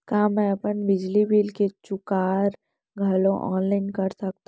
का मैं अपन बिजली बिल के चुकारा घलो ऑनलाइन करा सकथव?